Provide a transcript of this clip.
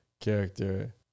character